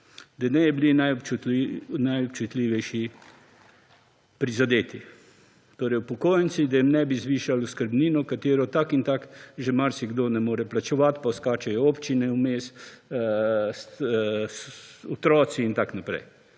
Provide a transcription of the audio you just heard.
da nebi bili najobčutljivejši prizadeti, torej upokojenci, da jim nebi zvišali oskrbnino, katero tako in tako že marsikdo ne more plačevati. Potem skačejo občine vmes, otroci in tako naprej.